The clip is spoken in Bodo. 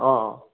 अ